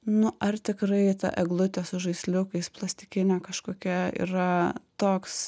nu ar tikrai ta eglutė su žaisliukais plastikinė kažkokia yra toks